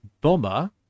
Bomber